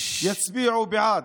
יצביעו בעד.